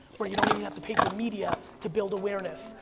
where you don't even have to pay for media to build awareness.